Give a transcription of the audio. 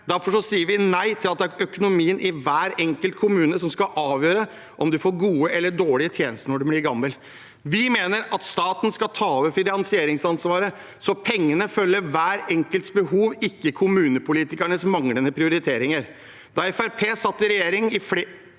Derfor sier vi nei til at det er økonomien i hver enkelt kommune som skal avgjøre om man får gode eller dårlige tjenester når man blir gammel. Vi mener at staten skal ta over finansieringsansvaret, slik at pengene følger den enkeltes behov, ikke kommunepolitikernes manglende prioriteringer. Da Fremskrittspartiet satt i regjering fikk flere